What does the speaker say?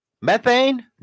Methane